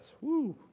Woo